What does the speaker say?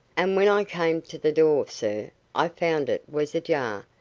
and when i came to the door, sir, i found it was ajar,